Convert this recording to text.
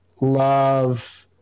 Love